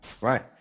Right